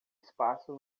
espaço